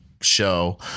show